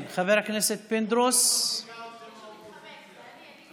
ההסתייגות (3) של חבר הכנסת מיקי לוי אחרי סעיף 3 לא נתקבלה.